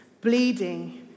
bleeding